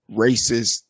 racist